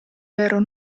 vero